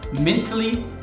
mentally